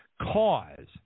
cause